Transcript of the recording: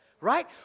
right